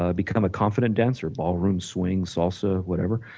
ah become a confident dancer ballroom, swings, salsa whatever,